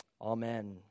Amen